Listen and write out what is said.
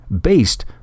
based